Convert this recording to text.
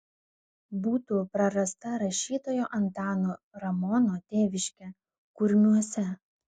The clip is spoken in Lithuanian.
būtų prarasta rašytojo antano ramono tėviškė kurmiuose